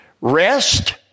Rest